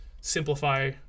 simplify